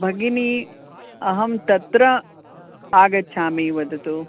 भगिनि अहं तत्र आगच्छामि वदतु